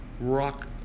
rock